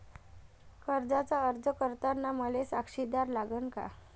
कर्जाचा अर्ज करताना मले साक्षीदार लागन का?